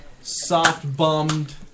soft-bummed